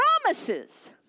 promises